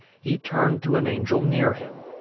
he turned to an angel near him.